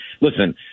Listen